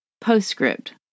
Postscript